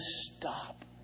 stop